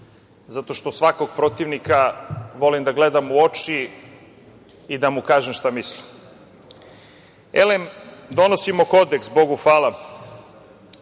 zato što svakog protivnika volim da gledam u oči i da mu kažem šta mislim. Elem, donosimo kodeks, Bogu hvala,